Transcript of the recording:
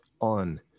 on